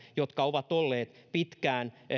jotka ovat olleet pitkään